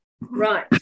Right